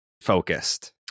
focused